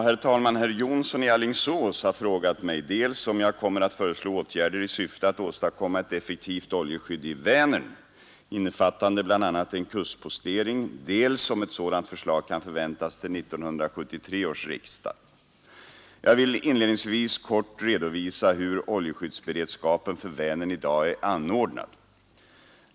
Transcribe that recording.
Herr talman! Herr Jonsson i Alingsås har frågat mig dels om jag kommer att föreslå åtgärder i syfte att åstadkomma ett effektivt oljeskydd i Vänern, innefattande bl.a. en kustpostering, dels om ett sådant förslag kan förväntas till 1973 års vårriksdag. Jag vill inledningsvis kort redovisa hur oljeskyddsberedskapen för Vänern i dag är anordnad.